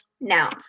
Now